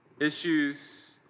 issues